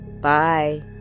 Bye